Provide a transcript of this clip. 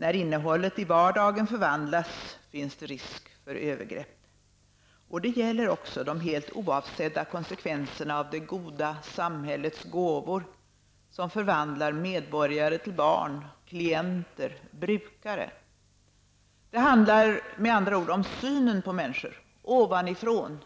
När innehållet i vardagen förvandlas finns det risk för övergrepp. Och det gäller också de helt oavsedda konsekvenserna av det goda samhällets 'gåvor', som förvandlar medborgare till barn, klienter, 'brukare'. Det handlar med andra ord om synen på människor -- ovanifrån